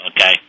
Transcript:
Okay